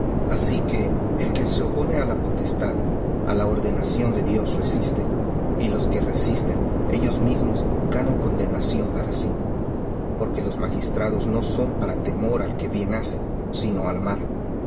así que el que se opone á la potestad á la ordenación de dios resiste y los que resisten ellos mismos ganan condenación para sí porque los magistrados no son para temor al que bien hace sino al malo